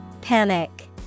Panic